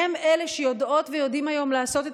הם אלה שיודעות ויודעים היום לעשות את